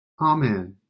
Amen